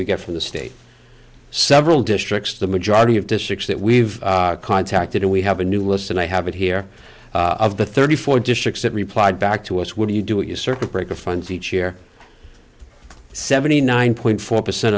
we get from the state several districts the majority of districts that we've contacted and we have a new list and i have it here of the thirty four districts that replied back to us what do you do a circuit breaker funds each year seventy nine point four percent